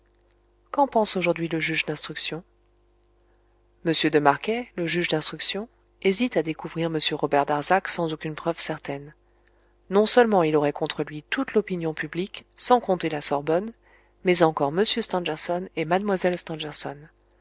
qu'en pense aujourd'hui le juge d'instruction m de marquet le juge d'instruction hésite à découvrir m robert darzac sans aucune preuve certaine non seulement il aurait contre lui toute l'opinion publique sans compter la sorbonne mais encore m stangerson et mlle